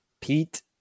Pete